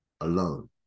alone